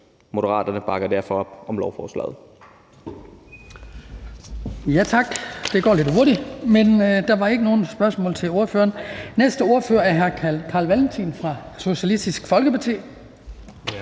formand (Hans Kristian Skibby): Tak. Det går lidt hurtigt, men der var ikke nogen spørgsmål til ordføreren. Den næste ordfører er hr. Carl Valentin fra Socialistisk Folkeparti. Kl.